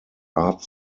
art